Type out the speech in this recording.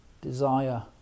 desire